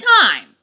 time